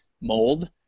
mold